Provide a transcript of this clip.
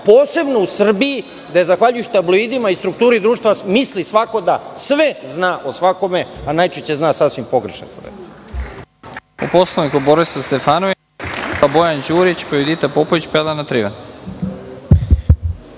posebno u Srbiji gde zahvaljujući tabloidima i strukturi društva misli svako da sve zna o svakome, a najčešće zna sasvim pogrešne stvari.